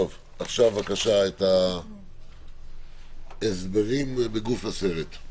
עכשיו, בבקשה, ההסברים בגוף הסרט.